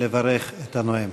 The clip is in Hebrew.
לברך את הנואם.